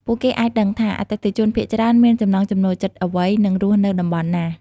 ពួកគេអាចដឹងថា អតិថិជនភាគច្រើនមានចំណង់ចំណូលចិត្តអ្វី និងរស់នៅតំបន់ណា។